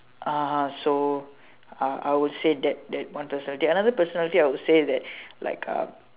ah so I I would say that that one personality another personality I would say that like uh